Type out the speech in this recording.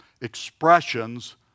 expressions